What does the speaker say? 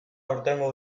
aurtengo